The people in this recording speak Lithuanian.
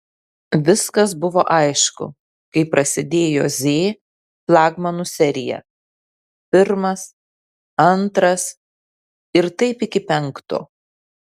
viskas buvo aišku kai prasidėjo z flagmanų serija pirmas antras ir taip iki penkto